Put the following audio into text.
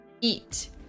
eat